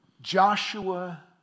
Joshua